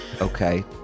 Okay